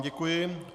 Děkuji.